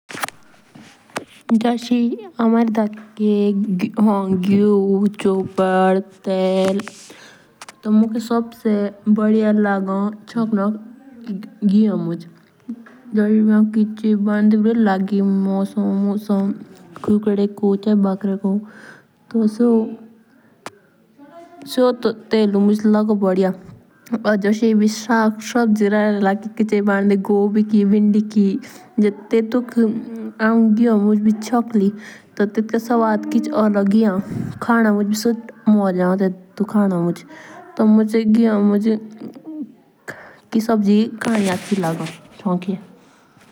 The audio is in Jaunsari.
जूस एभी हमारे धारके ये होन घियु चोपड़ तेल तो मुखे सबसे बोदिया लगन चोंकनोक घियो मुंजा। जस एभी हौं किच भी भंडी री रोली लागे मोसी मुसो कुकड़े को बकरेको तो सो तो तेलु मुंज लागो बोदिया। या जुआ सग सब्जी रोल भंडे रोल लगे तो टेटोक घियो मुंजा भी चोंकली टेटका सुवाद किचेई आलोग ही एओन खाने मुंजा।